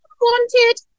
wanted